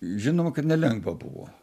žinoma kad nelengva buvo